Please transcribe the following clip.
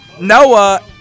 Noah